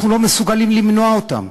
אנחנו לא מסוגלים למנוע אותן.